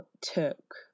took